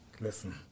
Listen